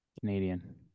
canadian